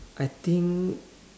I think